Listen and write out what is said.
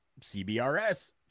CBRS